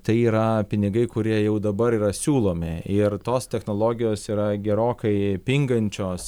tai yra pinigai kurie jau dabar yra siūlomi ir tos technologijos yra gerokai pingančios